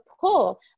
pull